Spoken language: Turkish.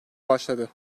başladı